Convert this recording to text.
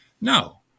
No